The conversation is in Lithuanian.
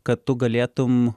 kad tu galėtum